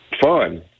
fun